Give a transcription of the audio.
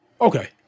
Okay